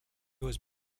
was